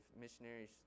missionaries